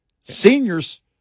seniors